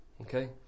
okay